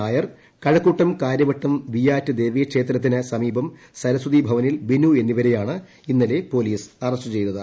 നായർ കഴക്കൂട്ടം കാര്യവട്ടം വിയാറ്റ് ദേവി ക്ഷേത്രത്തിന് സമീപം സരസ്വതി ഭവനിൽ ബിനു എന്നിവരെയാണ് ഇന്നലെ പൊലീസ് അറസ്റ്റ് ചെയ്തത്